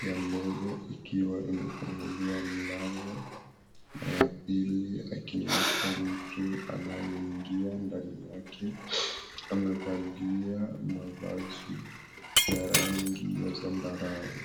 ya mbele ikiwa imefunguliwa mlango na ya pili mtu akiwepo anaingia ndani yake amevalia mavazi ya rangi ya zambarau.